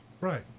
Right